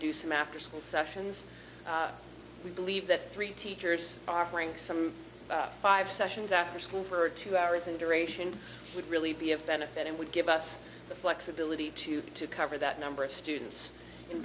do some afterschool sessions we believe that three teachers are frank some five sessions after school for two hours and duration would really be of benefit and would give us the flexibility to to cover that number of students in